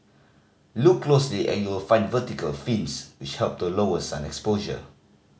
look closely and you'll find vertical fins which help to lower sun exposure